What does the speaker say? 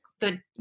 good